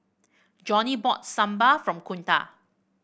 Johnny bought Sambar from Kunta